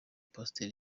pastor